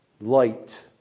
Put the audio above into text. light